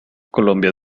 colombia